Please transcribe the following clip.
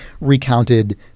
recounted